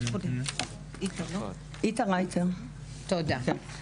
דיברתי עם הממונה ד"ר צוקר,